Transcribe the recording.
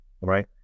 right